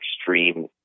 extreme